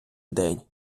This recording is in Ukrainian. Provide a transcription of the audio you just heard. день